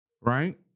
Right